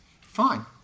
fine